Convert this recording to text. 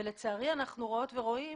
לצערי אנחנו רואות ורואים